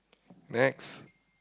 next